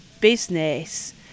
business